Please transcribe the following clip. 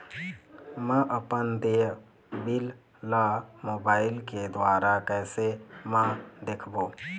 म अपन देय बिल ला मोबाइल के द्वारा कैसे म देखबो?